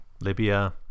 Libya